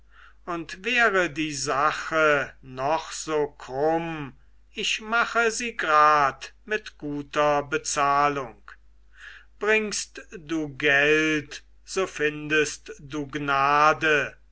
und wäre die sache noch so krumm ich mache sie grad mit guter bezahlung bringst du geld so findest du gnade